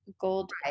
gold